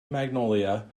magnolia